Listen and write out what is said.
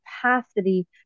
capacity